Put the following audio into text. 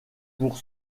pour